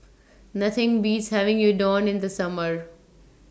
Nothing Beats having Udon in The Summer